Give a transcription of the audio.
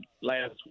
last